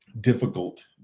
difficult